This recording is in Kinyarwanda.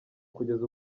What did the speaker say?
kugeza